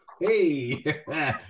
hey